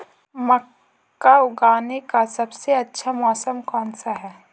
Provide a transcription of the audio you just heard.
मक्का उगाने का सबसे अच्छा मौसम कौनसा है?